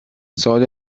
سال